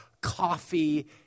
coffee